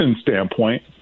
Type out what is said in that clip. standpoint